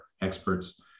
experts